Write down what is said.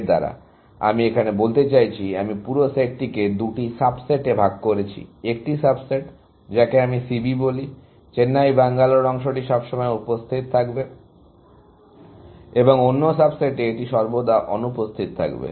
এর দ্বারা আমি এখানে বলতে চাইছি আমি পুরো সেটটিকে দুটি সাবসেটে ভাগ করেছি একটি সাবসেটে যাকে আমি C B বলি চেন্নাই ব্যাঙ্গালোর অংশটি সবসময় উপস্থিত থাকবে এবং অন্য সাবসেটে এটি সর্বদা অনুপস্থিত থাকবে